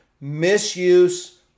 Misuse